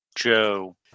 Joe